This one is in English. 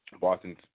Boston